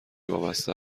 وابسته